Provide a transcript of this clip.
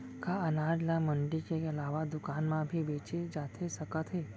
का अनाज ल मंडी के अलावा दुकान म भी बेचे जाथे सकत हे?